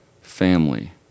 family